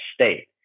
state